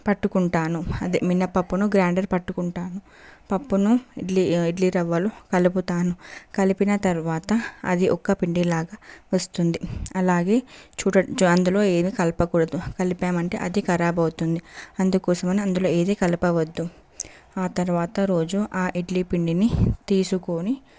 పట్టుకుంటాను అది మినప్పప్పును గ్రైండర్ పట్టుకుంటాను పప్పును ఇడ్లీ ఇడ్లీ రవ్వలు కలుపుతాను కలిపిన తరువాత అది ఒక పిండిలాగా వస్తుంది అలాగే చూడచ్చు అందులో ఏది కలపకూడదు కలిపాము అంటే అధి ఖరాబ్ అవుతుంది అందుకోసమని అందులో ఏది కలపవద్దు ఆ తర్వాత రోజు ఆ ఇడ్లీ పిండిని తీసుకొని